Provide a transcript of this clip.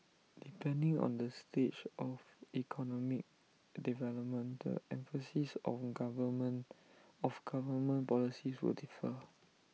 depending on the stage of economic development the emphasis of government of government policies will differ